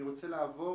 אני רוצה לעבור